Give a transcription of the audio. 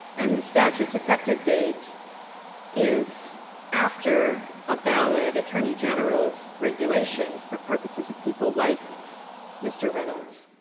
and the statute's effective date is after a valid attorney general regulation for purposes of people like mr. reynolds.